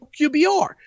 QBR